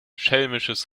schelmisches